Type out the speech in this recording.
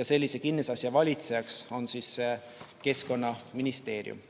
ja sellise kinnisasja valitseja on Keskkonnaministeerium.